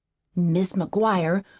mis' mcguire,